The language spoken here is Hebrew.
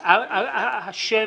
השם,